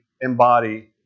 embody